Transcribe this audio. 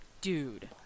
dude